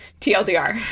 TLDR